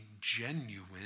genuine